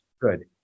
Good